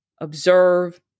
observe